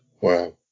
Wow